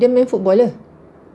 dia main football kah